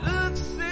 Looks